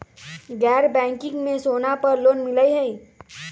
गैर बैंकिंग में सोना पर लोन मिलहई?